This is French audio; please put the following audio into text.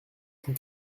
cent